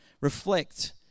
reflect